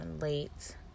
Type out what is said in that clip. late